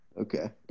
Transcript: Okay